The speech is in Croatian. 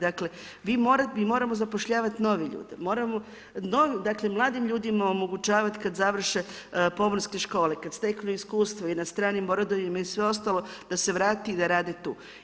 Dakle, mi moramo zapošljavati nove ljude, moramo, dakle, mladim ljudima omogućivati kada završe pomorske škole, kada steknu iskustvo i na stranim brodovima i sve ostalo da se vrate i da rade tu.